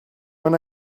when